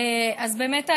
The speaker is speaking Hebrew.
תודה,